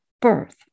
birth